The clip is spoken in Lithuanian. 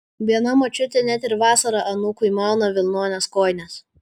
viena močiutė net ir vasarą anūkui mauna vilnones kojines